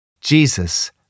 Jesus